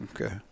Okay